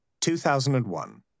2001